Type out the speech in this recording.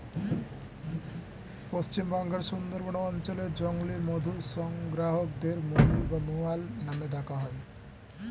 পশ্চিমবঙ্গের সুন্দরবন অঞ্চলে জংলী মধু সংগ্রাহকদের মৌলি বা মৌয়াল নামে ডাকা হয়